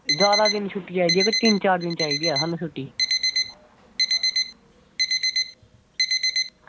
जादै आह्गे ते तीन चार दिन चाहिदी ऐ स छुट्टी